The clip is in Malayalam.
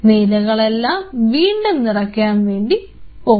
നീലകളെല്ലാം എല്ലാം വീണ്ടും നിറയ്ക്കാൻ വേണ്ടി പോകും